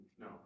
No